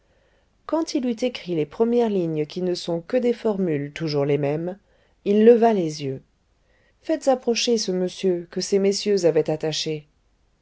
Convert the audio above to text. quand il eut écrit les premières lignes qui ne sont que des formules toujours les mêmes il leva les yeux faites approcher ce monsieur que ces messieurs avaient attaché